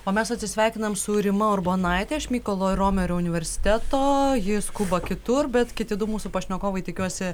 o mes atsisveikiname su rima urbonaite iš mykolo romerio universiteto ji skuba kitur bet kiti du mūsų pašnekovai tikiuosi